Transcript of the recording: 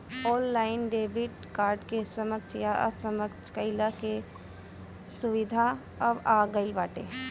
online debit card के सक्षम या असक्षम कईला के सुविधा अब आ गईल बाटे